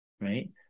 Right